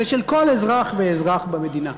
וכל אזרח ואזרח במדינה.